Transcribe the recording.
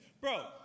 Bro